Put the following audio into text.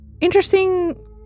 Interesting